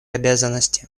обязанности